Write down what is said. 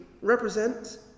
represent